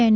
N